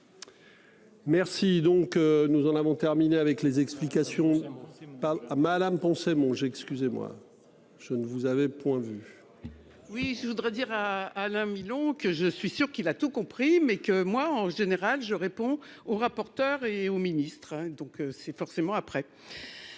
Merci donc nous en avons terminé avec les explications c'est pas à Madame Poncet Monge excusez-moi je ne vous avez vu. Oui. Oui, je voudrais dire à Alain Milon, que je suis sûr qu'il a tout compris mais que moi en général je réponds au rapporteur et au ministre hein donc c'est forcément après.